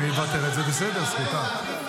אם היא מוותרת, זה בסדר, סליחה.